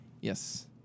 Yes